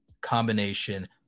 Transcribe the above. combination